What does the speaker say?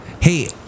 Hey